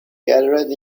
gathered